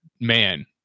man